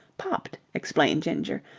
popped, explained ginger.